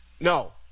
No